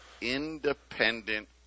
independent